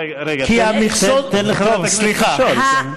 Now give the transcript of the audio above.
רגע, רגע, תן לחברת הכנסת לשאול.